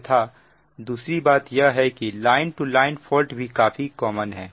तथा दूसरी बात यह है कि लाइन टू लाइन फॉल्ट भी काफी कॉमन है